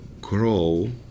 grow